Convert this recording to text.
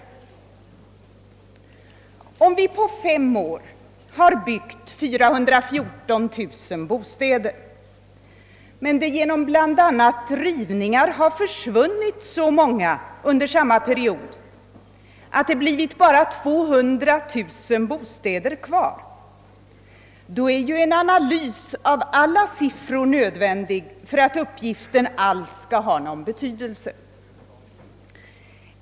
Men om det på fem år har byggts 414 000 bostäder och under samma tid, bl.a. genom rivningar, försvunnit så många bostäder under samma period att nytillskottet blir endast 200000 bostäder är ju en analys av alla siffror nödvändig för att uppgiften alls skall ha någon betydelse.